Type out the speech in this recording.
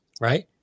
right